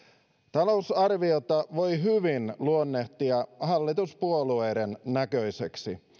talousarviota voi hyvin luonnehtia hallituspuolueiden näköiseksi